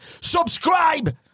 subscribe